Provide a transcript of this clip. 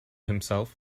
himself